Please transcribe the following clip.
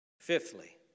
Fifthly